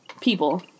People